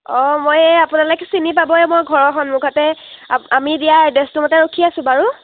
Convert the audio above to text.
অঁ মই এই আপোনালোকে চিনি পাবই মই ঘৰৰ সন্মুখতে আ আমি দিয়া এড্ৰেছটোমতে ৰখি আছোঁ বাৰু